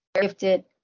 gifted